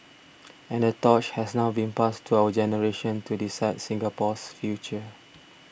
and the torch has now been passed to our generation to decide Singapore's future